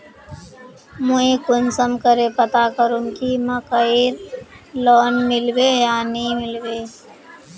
मुई कुंसम करे पता करूम की मकईर लोन मिलबे या नी मिलबे?